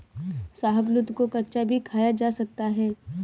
शाहबलूत को कच्चा भी खाया जा सकता है